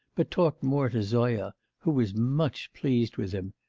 but talked more to zoya, who was much pleased with him.